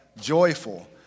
joyful